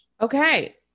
Okay